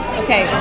okay